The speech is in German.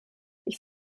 ich